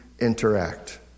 interact